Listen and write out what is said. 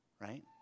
right